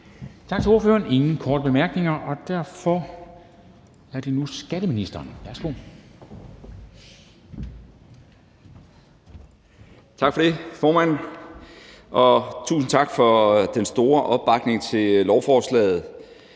Tak for det, formand. Og tusind tak for den store opbakning til lovforslaget.